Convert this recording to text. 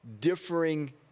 differing